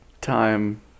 time